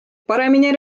paremini